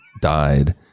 died